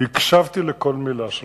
הקשבתי לכל מלה שלך,